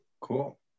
Cool